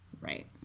Right